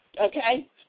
okay